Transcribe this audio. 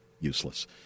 useless